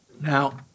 Now